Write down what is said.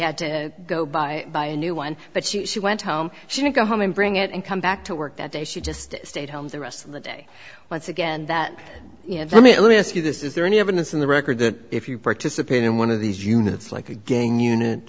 had to go buy a new one but she went home she didn't go home and bring it and come back to work that day she just stayed home the rest of the day once again that you know i mean let me ask you this is there any evidence in the record that if you participate in one of these units like a gang unit